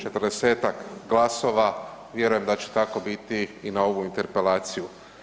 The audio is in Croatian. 40-tak glasova vjerujem da će tako biti i na ovu interpelaciju.